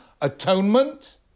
atonement